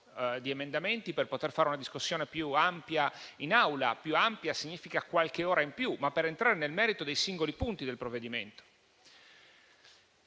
di emendamenti per poter fare una discussione più ampia in Aula; più ampia significa qualche ora in più, ma per entrare nel merito dei singoli punti del provvedimento.